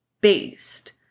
based